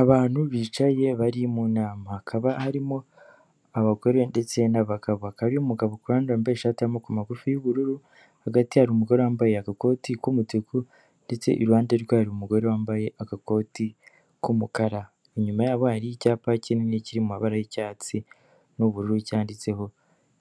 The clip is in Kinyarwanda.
Abantu bicaye bari mu nama hakaba harimo abagore ndetse n'abagabo, hakaba harimo umugabo wambaye ishati y'amaboko magufi y'ubururu, hagati hari umugore wambaye agakoti k'umutuku ndetse iruhande rwe hari umugore wambaye agakoti k'umukara, inyuma yabo hari icyapa kinini kiri mu mabara y'icyatsi n'ubururu cyanditseho